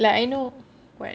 but I know what